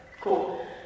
Cool